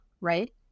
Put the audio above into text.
right